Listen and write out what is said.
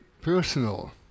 personal